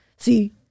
See